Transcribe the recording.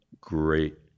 great